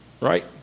right